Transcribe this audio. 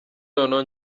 noneho